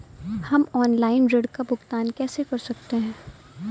हम ऑनलाइन ऋण का भुगतान कैसे कर सकते हैं?